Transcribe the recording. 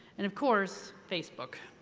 and of course facebook.